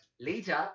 later